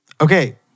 Okay